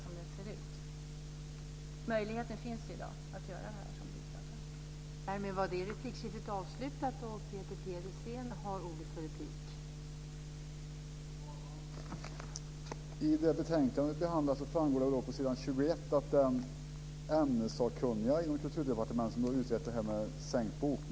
Det finns i dag möjlighet att göra det som Birgitta Sellén talar om.